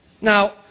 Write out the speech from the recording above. Now